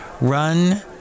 run